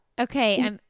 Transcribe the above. Okay